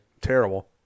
terrible